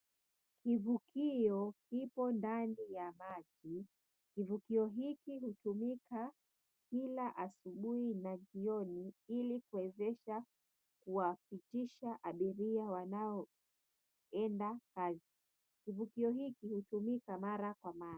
Kivukio ipo ndani ya maji. Kivukio hiki hutumika kila asubuhi na jioni ili kuwezesha kuhakikisha abiria wanaoenda kazi. Kivukio hiki hutumika mara kwa mara.